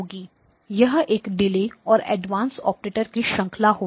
यह एक डिले और एडवांस ऑपरेटर की श्रंखला होगी